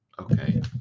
okay